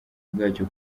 bwacyo